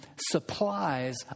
supplies